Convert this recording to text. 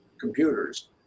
computers